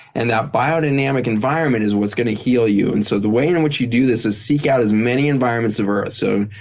and that biodynamic environment is what's going to heal you. and so the way in which you do this is seek out as many environments of earth. so